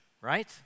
right